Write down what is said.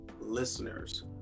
listeners